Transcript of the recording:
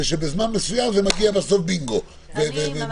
ושבזמן מסוים זה מגיע בסוף בינגו ומתאזן.